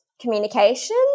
communication